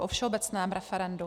O všeobecném referendu.